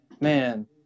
man